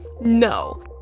No